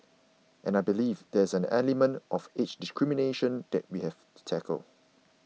and I believe there's an element of age discrimination that we have to tackle